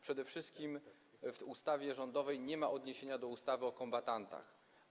Przede wszystkim w ustawie rządowej nie ma odniesienia do ustawy o kombatantach.